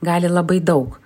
gali labai daug